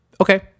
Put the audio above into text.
Okay